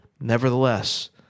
Nevertheless